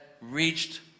reached